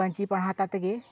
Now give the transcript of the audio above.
ᱯᱟᱹᱧᱪᱤ ᱯᱟᱲᱦᱟᱴ ᱟᱛᱮ ᱜᱮ